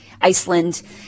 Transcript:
Iceland